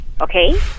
Okay